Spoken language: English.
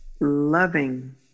loving